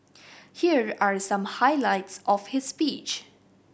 here are some highlights of his speech